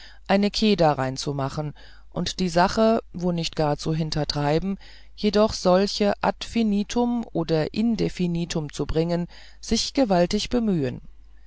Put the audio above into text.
erdenken ein que dareinzumachen und die sache wo nicht gar zu hintertreiben jedoch solche ad infinitum oder indefinitum zu bringen sich gewaltig bemühen